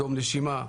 דום נשימה,